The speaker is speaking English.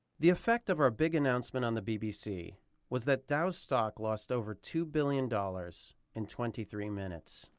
the effect of our big announcement on the bbc was that dow's stock lost over two billion dollars in twenty three minutes.